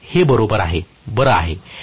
professor हे बरोबर आहे बरं आहे